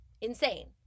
insane